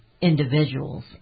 individuals